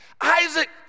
Isaac